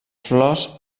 flors